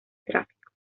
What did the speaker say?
tráfico